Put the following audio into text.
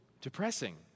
depressing